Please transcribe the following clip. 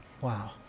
Wow